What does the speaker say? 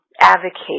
advocate